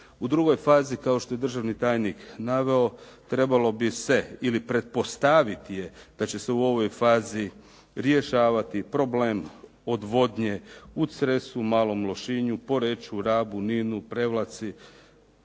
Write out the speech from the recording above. U drugoj fazi, kao što je državni tajnik naveo, trebalo bi se ili pretpostaviti je da će se u ovoj fazi rješavati problem odvodnje u Cresu, Malom Lošinju, Poreču, Rabu, Ninu, Prevlaci,